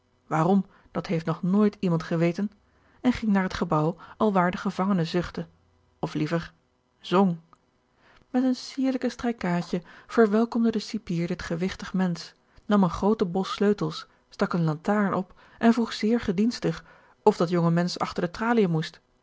waarom dat heeft nog nooit george een ongeluksvogel iemand geweten en ging naar het gebouw alwaar de gevangene zuchtte of liever zong met eene sierlijke strijkaadje verwelkomde de cipier dit gewigtig mensch nam een grooten bos sleutels stak een lantaarn op en vroeg zeer gedienstig of dat jonge mensch achter de traliën moest